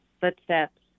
footsteps